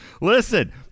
listen